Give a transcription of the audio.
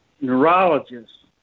neurologist